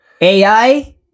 AI